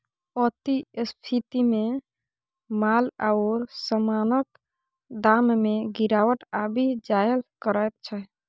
अति स्फीतीमे माल आओर समानक दाममे गिरावट आबि जाएल करैत छै